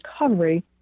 recovery